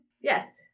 Yes